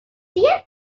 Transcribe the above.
días